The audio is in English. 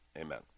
amen